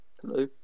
Hello